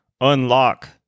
unlock